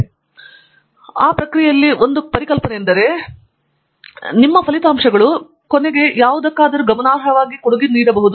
ಆದ್ದರಿಂದ ಮತ್ತು ಆ ಪ್ರಕ್ರಿಯೆಯಲ್ಲಿ ನೀವು ಆರಾಮದಾಯಕವಾಗಬೇಕಾದ ಒಂದು ಪರಿಕಲ್ಪನೆಯೆಂದರೆ ಅಂತಿಮವಾಗಿ ನಾನು ನಿಮ್ಮ ಮಾರ್ಗವನ್ನು ಮತ್ತಷ್ಟು ಕೆಳಗೆ ಹಾದುಹೋಗುವುದಾದರೆ ನಿಮ್ಮ ಫಲಿತಾಂಶಗಳು ಯಾವುದನ್ನಾದರೂ ಗಮನಾರ್ಹವಾಗಿ ಸೇರಿಸಬಹುದು